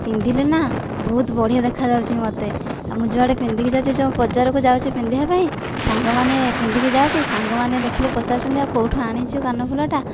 ପିନ୍ଧିଲେ ନା ବହୁତ ବଢ଼ିଆ ଦେଖାଯାଉଛି ମୋତେ ଆଉ ମୁଁ ଯୁଆଡେ ପିନ୍ଧିକି ଯାଉଛି ଯେଉଁ ବଜାର ଯାଉଛି ପିନ୍ଧିବା ପାଇଁ ମାନେ ପିନ୍ଧିକି ଯାଉଛି ସାଙ୍ଗମାନେ ଦେଖିଲେ ପଚାରୁଛନ୍ତି ଆଉ କେଉଁଠୁ ଆଣିଛୁ କାନଫୁଲଟା